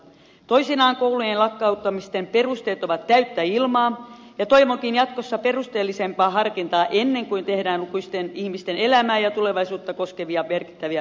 toisinaan koulujen lakkauttamisten perusteet ovat täyttä ilmaa ja toivonkin jatkossa perusteellisempaa harkintaa ennen kuin tehdään lukuisten ihmisten elämää ja tulevaisuutta koskevia merkittäviä päätöksiä